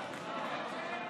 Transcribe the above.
אני רוצה להמשיך